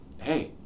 hey